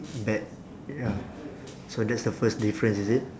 bet ya so that's the first difference is it